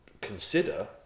consider